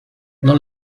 dans